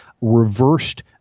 reversed